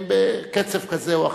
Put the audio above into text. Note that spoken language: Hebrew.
הם בקצב כזה או אחר,